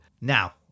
Now